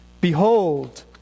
behold